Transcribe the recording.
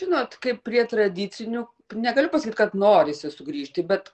žinot kaip prie tradicinių negaliu pasakyt kad norisi sugrįžti bet